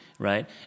Right